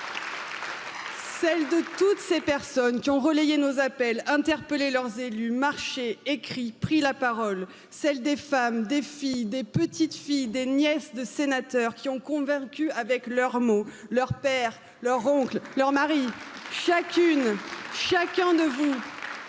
Celle de toutes ces personnes qui ont relayé nos appels, interpellé leurs élus, marché écrits, pris la parole, celles des femmes, des filles, des petites filles, des nièces de sénateurs, qui ont convaincu avec leurs mots, leur père, leur oncle, leurs maris, chacune chacun de vous